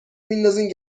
میندازین